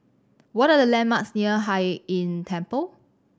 what are the landmarks near Hai Inn Temple